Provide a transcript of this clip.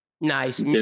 Nice